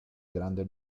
grande